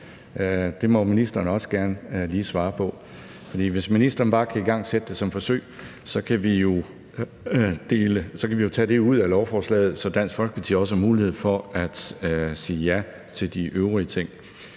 Det må ministeren også gerne lige svare på. For hvis ministeren bare skal igangsætte det som forsøg, kan vi jo tage det ud af lovforslaget, så Dansk Folkeparti også har mulighed for at sige ja til de øvrige ting.